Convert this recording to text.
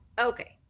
okay